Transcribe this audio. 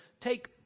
take